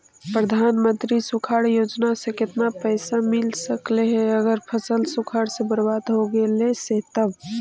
प्रधानमंत्री सुखाड़ योजना से केतना पैसा मिल सकले हे अगर फसल सुखाड़ से बर्बाद हो गेले से तब?